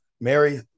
Mary